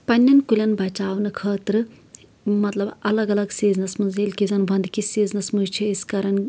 پنٛنٮ۪ن کُلٮ۪ن بَچاونہٕ خٲطرٕ مطلب الگ الگ سیٖزنَس منٛز ییٚلہِ کہِ زَن وَندٕ کس سیٖزنَس منٛز چھِ أسۍ کَران